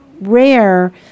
rare